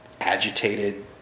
agitated